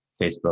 Facebook